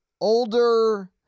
older